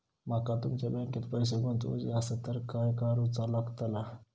माका तुमच्या बँकेत पैसे गुंतवूचे आसत तर काय कारुचा लगतला?